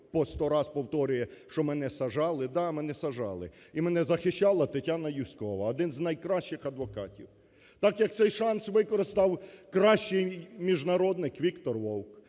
по сто раз повторює, що мене саджали. Да, мене саджали і мене захищала Тетяна Юзькова, один з найкращих адвокатів. Так як цей шанс використав кращий міжнародник Віктор Вовк,